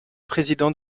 président